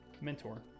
mentor